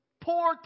Poor